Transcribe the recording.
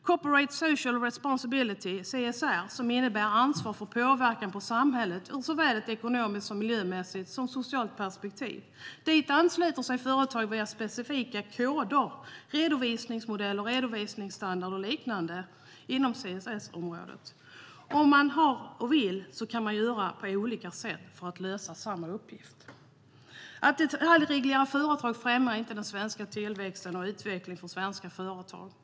Corporate social responsibility, CSR, innebär ansvar för påverkan på samhället ur såväl ett ekonomiskt och miljömässigt som socialt perspektiv. Dit ansluter sig företag via specifika koder, redovisningsmodeller, redovisningsstandarder och liknande inom CSR-området. Om man vill kan man göra på olika sätt för att lösa samma uppgift. Att detaljreglera företag främjar inte den svenska tillväxten och utvecklingen för svenska företag.